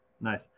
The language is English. Nice